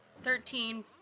Thirteen